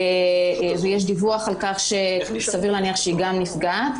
ויש דיווח על-כך שסביר להניח שהיא גם נפגעה.